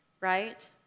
right